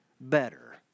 better